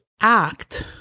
act